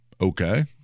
Okay